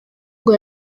ngo